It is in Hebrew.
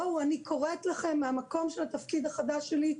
אני קוראת לכם מהמקום של התפקיד החדש שלי,